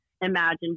imagine